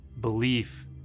belief